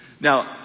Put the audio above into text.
Now